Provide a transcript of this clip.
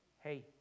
Hey